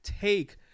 take